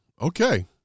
okay